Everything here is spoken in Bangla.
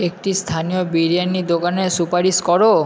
একটি স্থানীয় বিরিয়ানি দোকানের সুপারিশ করো